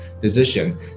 decision